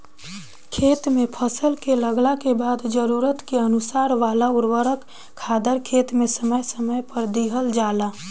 खेत में फसल के लागला के बाद जरूरत के अनुसार वाला उर्वरक खादर खेत में समय समय पर दिहल जाला